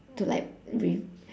to like re~